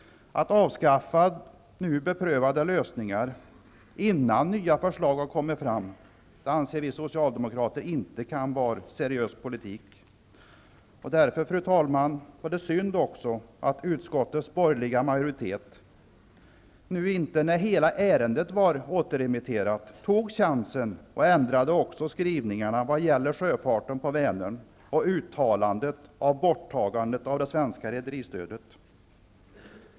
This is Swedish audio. Att avskaffa nu beprövade lösningar innan nya förslag har kommit fram anser vi socialdemokrater inte vara seriös politik. Det är synd, fru talman, att utskottets borgerliga majoritet, när nu hela ärendet var återremitterat, inte tog chansen att ändra skrivningarna om sjöfarten på Vänern och uttalandet om borttagandet av det svenska rederistödet.